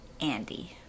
Andy